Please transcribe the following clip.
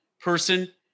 person